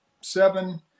seven